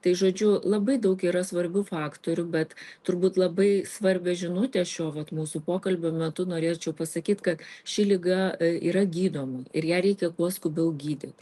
tai žodžiu labai daug yra svarbių faktorių bet turbūt labai svarbios žinutės šiuo vat mūsų pokalbio metu norėčiau pasakyt kad ši liga yra gydoma ir ją reikia kuo skubiau gydyt